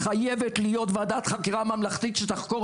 חייבת להיות ועדת חקירה ממלכתית שתחקור